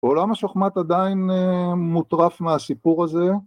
עולם השחמט עדיין מוטרף מהסיפור הזה